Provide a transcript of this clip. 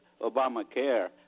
Obamacare